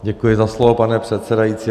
Děkuji za slovo, pane předsedající.